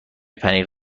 پنیر